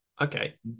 okay